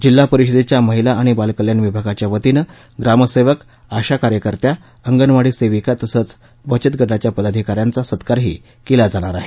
जिल्हा परिषदेच्या महिला आणि बालकल्याण विभागाच्या वतीनं ग्रामसेवक अशा कार्यकर्त्या अंगणवाडी सेविका तसंच बचतगटाच्या पदाधिका यांचा सत्कार केला जाणार आहे